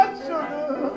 sugar